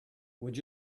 would